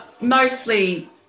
Mostly